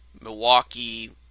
Milwaukee